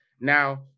Now